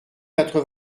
quatre